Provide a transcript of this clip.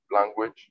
language